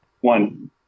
one